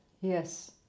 yes